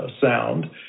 sound